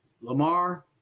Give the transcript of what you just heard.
Lamar